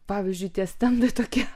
pavyzdžiui tie stendai tokie